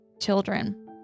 Children